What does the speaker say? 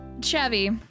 Chevy